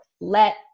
let